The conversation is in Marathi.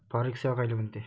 फॉरेक्स सेवा कायले म्हनते?